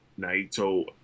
Naito